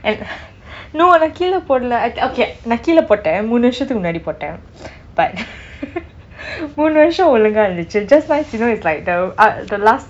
and no நான் கீழே போடலை:naan kizhai podalai like okay மூனு வருஷத்திற்கு முன்னாடி போட்டேன்:moonu varushatirku munnadi potten but மூனு வருஷத்திற்கு ஒழுங்காக இருந்தச்சு:moonu varushathirku ozhunkaka irunthachu just nice you know it's like ah the last